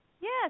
Yes